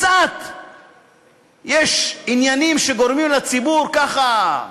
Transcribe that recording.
יש קצת עניינים שגורמים לציבור, ככה,